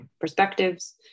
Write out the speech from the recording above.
perspectives